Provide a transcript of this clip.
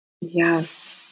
Yes